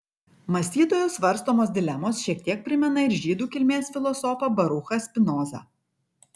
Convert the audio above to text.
mąstytojo svarstomos dilemos šiek tiek primena ir žydų kilmės filosofą baruchą spinozą